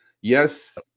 Yes